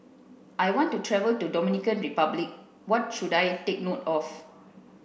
I want to travel to Dominican Republic What should I take note of